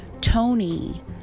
Tony